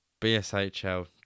BSHL